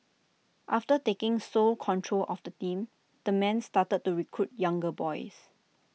after taking sole control of the team the man started to recruit younger boys